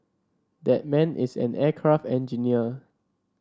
that man is an aircraft engineer